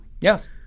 Yes